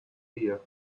ear